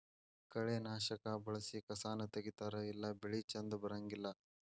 ಕಳೆನಾಶಕಾ ಬಳಸಿ ಕಸಾನ ತಗಿತಾರ ಇಲ್ಲಾ ಬೆಳಿ ಚಂದ ಬರಂಗಿಲ್ಲಾ